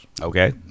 Okay